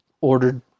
ordered